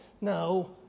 No